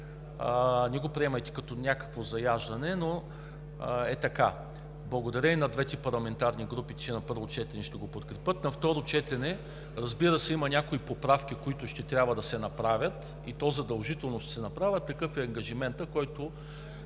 не го приемайте като някакво заяждане, но е така. Благодаря и на двете парламентарни групи, че на първо четене ще го подкрепят. На второ четене, разбира се, има някои поправки, които ще трябва да се направят, и задължително ще се направят – такъв е ангажиментът, който